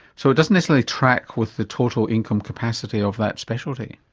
so it doesn't necessarily track with the total income capacity of that specialty.